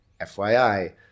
FYI